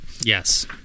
Yes